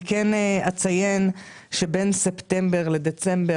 אני כן אציין שבין ספטמבר לבין דצמבר